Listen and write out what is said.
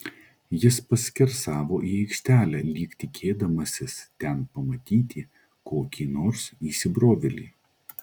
jis paskersavo į aikštelę lyg tikėdamasis ten pamatyti kokį nors įsibrovėlį